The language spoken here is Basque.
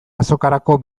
azokarako